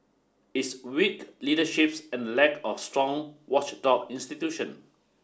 it's weak leaderships and lack of strong watchdog institution